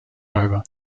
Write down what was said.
over